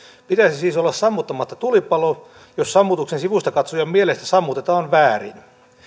pitäisi siis olla sammuttamatta tulipaloa jos sammutuksen sivustakatsojan mielestä sammutetaan väärin